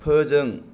फोजों